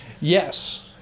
Yes